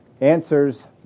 answers